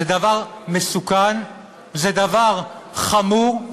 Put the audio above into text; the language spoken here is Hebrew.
זה דבר מסוכן, זה דבר חמור,